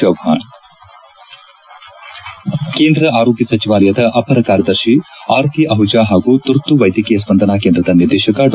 ಚವ್ಲಾಣ್ ಕೇಂದ್ರ ಆರೋಗ್ಯ ಸಚಿವಾಲಯದ ಅಪರ ಕಾರ್ಯದರ್ಶಿ ಆರ್ತಿ ಅಹುಜಾ ಹಾಗೂ ತುರ್ತು ವೈದ್ಯಕೀಯ ಸ್ಪಂದನಾ ಕೇಂದ್ರದ ನಿರ್ದೇಶಕ ಡಾ